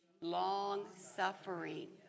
long-suffering